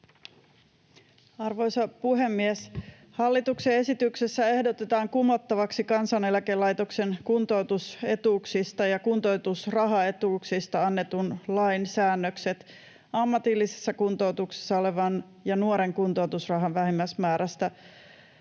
Arvoisa puhemies! Hallituksen esityksessä ehdotetaan kumottavaksi Kansaneläkelaitoksen kuntoutusetuuksista ja kuntoutusrahaetuuksista annetun lain säännökset ammatillisessa kuntoutuksessa olevan ja nuoren kuntoutusrahan vähimmäismäärästä